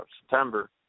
September